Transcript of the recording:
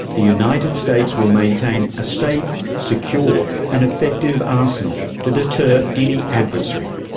the united states will maintain a safe, secure and effective arsenal to deter any adversary'.